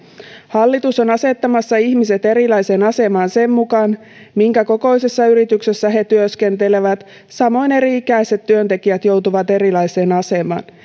hallitus on asettamassa ihmiset erilaiseen asemaan sen mukaan minkä kokoisessa yrityksessä he työskentelevät samoin eri ikäiset työntekijät joutuvat erilaiseen asemaan